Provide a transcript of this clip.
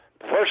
first